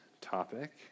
topic